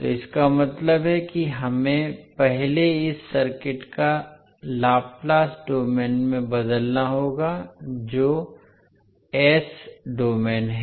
तो इसका मतलब है कि हमें पहले इस सर्किट को लाप्लास डोमेन में बदलना होगा जो एस डोमेन है